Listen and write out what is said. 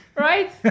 right